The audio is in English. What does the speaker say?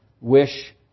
wish